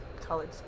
college